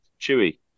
chewy